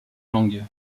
langues